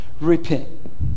repent